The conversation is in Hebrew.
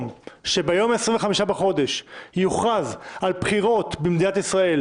שביום ה-25 בחודש יוכרז על בחירות במדינת ישראל,